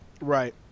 right